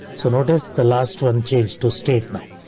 so notice the last one change to state now.